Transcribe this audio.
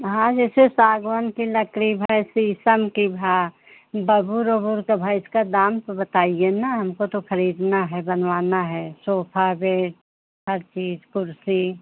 हाँ जैसे सागवान की लकड़ी शीशम की बबूर वबूर की इसका दाम तो बताइए ना हमको तो खरीदना है बनवाना है सोफा बेड हर चीज़ कुर्सी